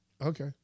Okay